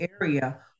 area